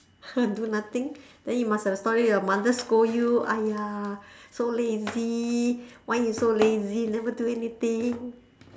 do nothing then you must have story your mother scold you !aiya! so lazy why you so lazy never do anything